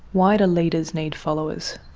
why do leaders need followers?